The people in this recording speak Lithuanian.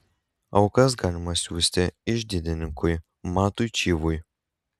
aukas galima siųsti iždininkui matui čyvui